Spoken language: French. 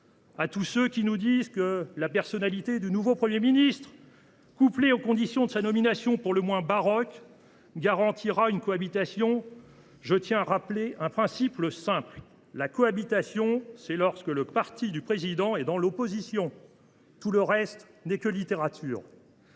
À tous ceux qui nous disent que la personnalité du nouveau Premier ministre, conjuguée aux conditions pour le moins baroques de sa nomination, garantira une cohabitation, je tiens à rappeler un principe simple : la cohabitation, c’est lorsque le parti du Président de la République est dans l’opposition. Tout le reste n’est que littérature…